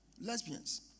lesbians